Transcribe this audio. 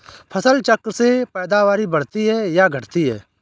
फसल चक्र से पैदावारी बढ़ती है या घटती है?